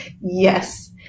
Yes